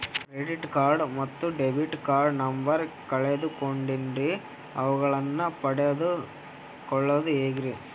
Credit card ಮತ್ತು debit card number ಕಳೆದುಕೊಂಡಿನ್ರಿ ಅವುಗಳನ್ನ ಪಡೆದು ಕೊಳ್ಳೋದು ಹೇಗ್ರಿ?